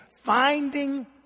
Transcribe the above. finding